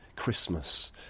Christmas